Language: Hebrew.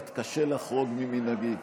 אתקשה לחרוג ממנהגי.